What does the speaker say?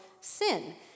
sin